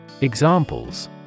Examples